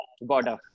border